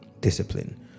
discipline